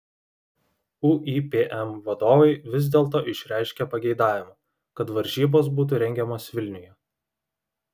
uipm vadovai vis dėlto išreiškė pageidavimą kad varžybos būtų rengiamos vilniuje